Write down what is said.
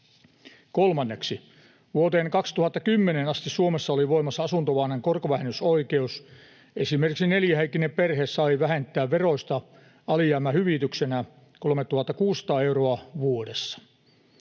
Kolmanneksi: Vuoteen 2010 asti Suomessa oli voimassa asuntolainan korkovähennysoikeus. Esimerkiksi neljähenkinen perhe sai vähentää veroista alijäämähyvityksenä 3 600 euroa vuodessa.